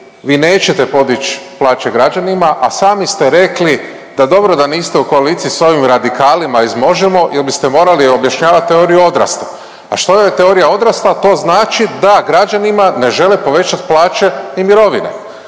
vi nećete podić plaće građanima, a sami ste rekli da dobro da niste u koaliciji s ovim radikalima iz Možemo!, jer biste morali objašnjavat teoriju odrasta. A što je teorija odrasta, to znači da građanima ne žele povećat plaće i mirovine.